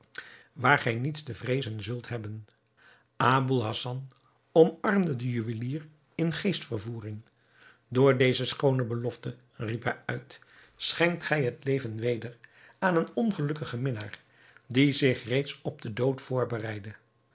gij niets te vreezen zult hebben aboul hassan omarmde den juwelier in geestvervoering door deze schoone belofte riep hij uit schenkt gij het leven weder aan een ongelukkigen minnaar die zich reeds op den dood voorbereidde